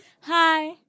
Hi